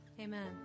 Amen